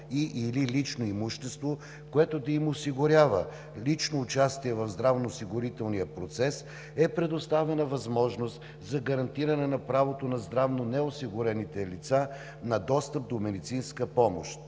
и/или лично имущество, което да им осигурява лично участие в здравноосигурителния процес, е предоставена възможност за гарантиране на правото на здравно неосигурените лица на достъп до медицинска помощ.